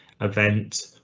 event